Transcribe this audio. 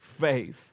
faith